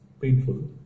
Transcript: painful